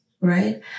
Right